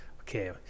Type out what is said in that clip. okay